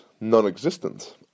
non-existent